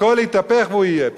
הכול יתהפך והוא יהיה פה.